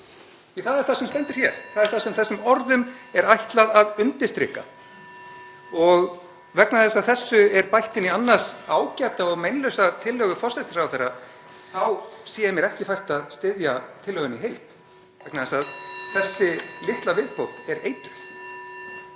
það er það sem stendur hér. (Forseti hringir.) Þessum orðum er ætlað að undirstrika það og vegna þess að þessu er bætt inn í annars ágæta og meinlausa tillögu forsætisráðherra þá sé ég mér ekki fært að styðja tillöguna í heild, vegna þess að þessi litla viðbót er eitur.